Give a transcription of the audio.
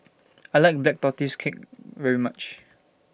I like Black Tortoise Cake very much